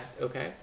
okay